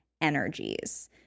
energies